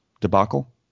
debacle